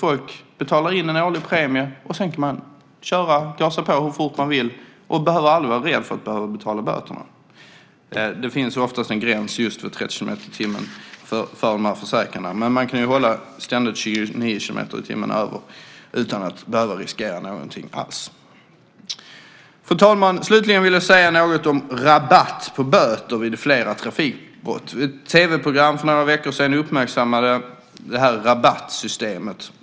Folk betalar in en årlig premie och sedan kan man gasa på och behöver aldrig vara rädd för att behöva betala böterna. Det finns oftast en gräns vid 30 kilometer i timmen för de här försäkringarna. Man kan ju hålla sig till 29 kilometer per timme över gränsen utan behöva riskera något alls. Fru talman! Jag vill slutligen säga något om rabatt på böter vid flera trafikbrott. Ett tv-program för några veckor sedan uppmärksammade rabattsystemet.